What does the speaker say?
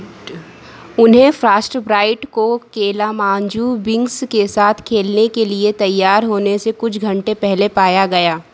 उन्हें फ्रास्टब्राइट को Kalamazoo Wings के साथ खेलने के लिए तैयार होने से कुछ घंटे पहले पाया गया